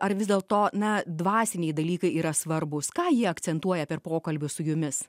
ar vis dėlto na dvasiniai dalykai yra svarbūs ką jie akcentuoja per pokalbius su jumis